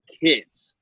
kids